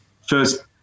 first